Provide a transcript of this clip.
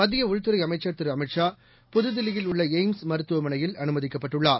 மத்தியஉள்துறைஅமைச்சர் திருஅமித்ஷா புதுதில்லியில் உள்ளஎய்ம்ஸ் மருத்துவமனையில் அனுமதிக்கப்பட்டுள்ளார்